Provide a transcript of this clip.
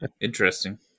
Interesting